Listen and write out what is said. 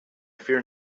fear